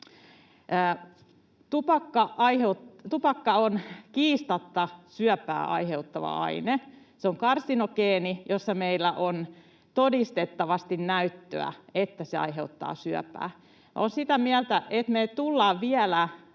Tupakka on kiistatta syöpää aiheuttava aine. Se on karsinogeeni, josta meillä on todistettavasti näyttöä, että se aiheuttaa syöpää. Olen sitä mieltä, että me tullaan vielä